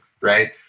right